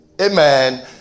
Amen